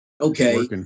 okay